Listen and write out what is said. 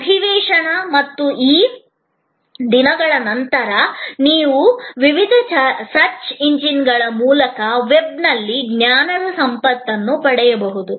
ಅಧಿವೇಶನ ಮತ್ತು ಈ ದಿನಗಳ ನಂತರ ನೀವು ವಿವಿಧ ಸರ್ಚ್ ಇಂಜಿನ್ಗಳ ಮೂಲಕ ವೆಬ್ನಲ್ಲಿ ಜ್ಞಾನದ ಸಂಪತ್ತನ್ನು ಪಡೆಯಬಹುದು